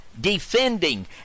defending